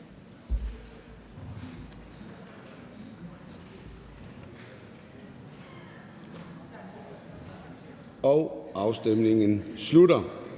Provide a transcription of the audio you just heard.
og afstemningen starter.